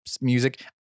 music